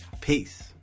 Peace